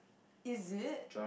is it